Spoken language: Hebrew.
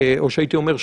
הייתי אומר,